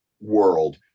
world